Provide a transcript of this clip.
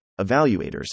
evaluators